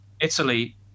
Italy